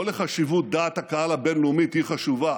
לא לחשיבות דעת הקהל הבין-לאומית, היא חשובה,